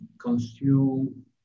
Consume